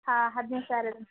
ಹಾಂ ಹದಿನೈದು ಸಾವಿರದ್ದು